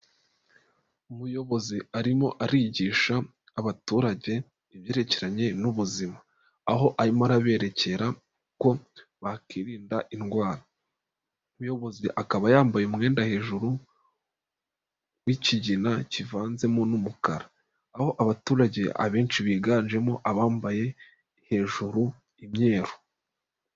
Umuyobozi arimo arigisha abaturage ibyerekeranye n'ubuzima, aho arimo araberekera uko bakirinda indwara. Umuyobozi akaba yambaye umwenda hejuru w'ikigina kivanzemo n'umukara, aho abaturage abenshi biganjemo abambaye hejuru imyeru.